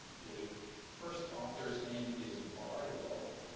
the first author's name is barlow,